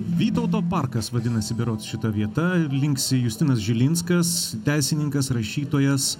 vytauto parkas vadinasi berods šita vieta ir linksi justinas žilinskas teisininkas rašytojas